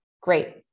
great